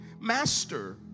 master